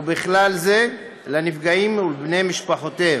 ובכלל זה לנפגעים ולבני משפחותיהם.